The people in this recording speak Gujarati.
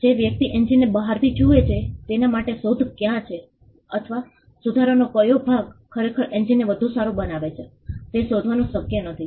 જે વ્યક્તિ એન્જિનને બહારથી જુએ છે તેના માટે શોધ ક્યાં છે અથવા સુધારાનો કયો ભાગ ખરેખર એન્જિનને વધુ સારું બનાવે છે તે શોધવાનું શક્ય નથી